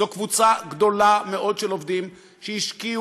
זו קבוצה גדולה מאוד של עובדים שהשקיעו,